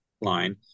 line